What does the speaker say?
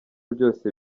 byose